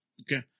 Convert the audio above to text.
Okay